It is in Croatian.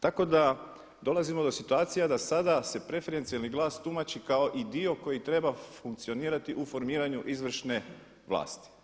Tako da dolazimo do situacija da sada se preferencijalni glas tumači kao i dio koji treba funkcionirati u formiranju izvršne vlasti.